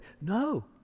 No